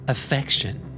Affection